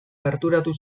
gerturatu